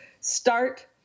start